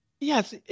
Yes